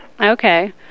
Okay